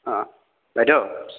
अ बायद'